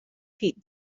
pete